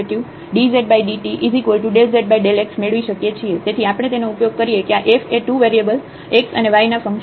તેથી આપણે તેનો ઉપયોગ કરીએ કે આ f એ 2 વેરીએબલ x અને y ના ફંક્શન છે